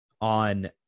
on